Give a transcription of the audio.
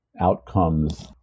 outcomes